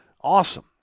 Awesome